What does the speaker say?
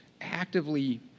actively